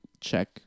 check